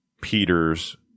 Peter's